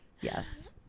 yes